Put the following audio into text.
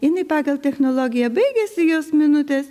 jinai pagal technologiją baigiasi jos minutės